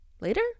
Later